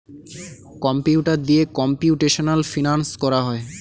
computer দিয়ে computational finance করা হয়